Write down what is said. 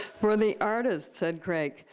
for the artist said craig,